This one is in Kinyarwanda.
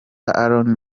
aaron